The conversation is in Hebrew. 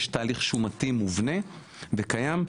יש תהליך שומתי מובנה וקיים,